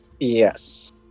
Yes